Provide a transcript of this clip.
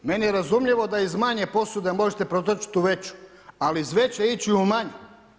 Meni je razumljivo da iz manje posude možete pretočiti u veću, ali iz veće ići u manju.